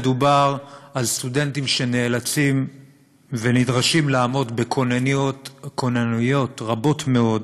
מדובר על סטודנטים שנאלצים ונדרשים לעמוד בכוננויות רבות מאוד,